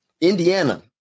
Indiana